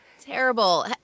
terrible